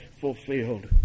fulfilled